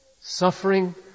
suffering